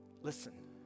Listen